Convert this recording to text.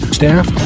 staff